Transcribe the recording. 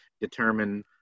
determine